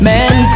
Man